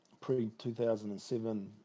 pre-2007